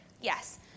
Yes